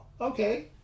okay